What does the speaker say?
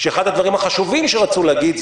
שאחד הדברים החשובים שרצו להגיד,